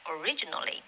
originally